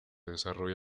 desarrolla